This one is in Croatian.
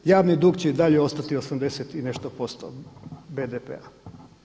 Javni dug će i dalje ostati 80 i nešto posto BDP-a.